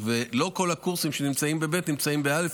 ולא כל הקורסים שנמצאים בב' נמצאים בא',